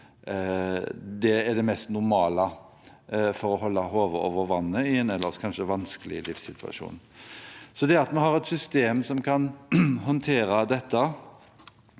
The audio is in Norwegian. det er det mest normale for å holde hodet over vann i en ellers kanskje vanskelig livssituasjon. Det at vi har et system som kan håndtere dette